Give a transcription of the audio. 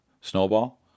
Snowball